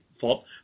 fault